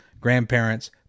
grandparents